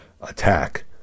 attack